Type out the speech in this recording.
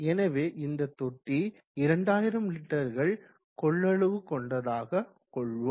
எனவே இந்த தொட்டி 2000 லிட்டர்கள் கொள்ளளவு கொண்டதாக கொள்வோம்